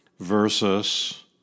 versus